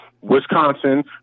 Wisconsin